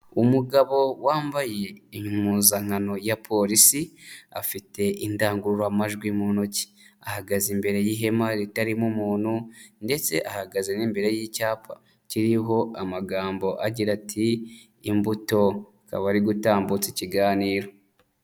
Umugabo wambaye impuzankano ya Polisi, afite indangururamajwi mu ntoki, ahagaze imbere y'ihema ritarimo umuntu ndetse ahagaze n'imbere y'icyapa, kiriho amagambo agira ati imbuto, kaba ari gutambutsa ikiganiro.